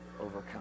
overcome